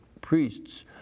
priests